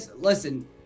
listen